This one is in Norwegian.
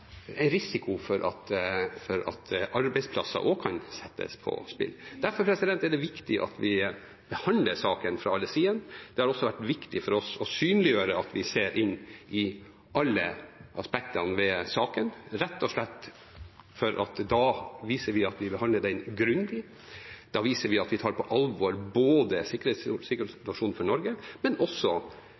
en risiko for at arbeidsplasser kan settes på spill. Derfor er det viktig at vi behandler saken fra alle sider. Det har også vært viktig for oss å synliggjøre at vi ser på alle aspektene ved saken, rett og slett fordi vi da viser at vi behandler den grundig, og at vi tar på alvor både sikkerhetssituasjonen for Norge og også